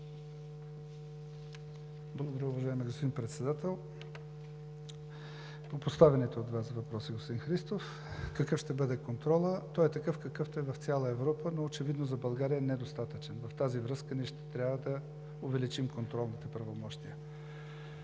Благодаря, уважаеми господин Председател. По поставените от Вас въпроси, господин Христов, какъв ще бъде контролът? Той е такъв, какъвто е в цяла Европа, но очевидно за България е недостатъчен и в тази връзка ще трябва да увеличим контролните правомощия.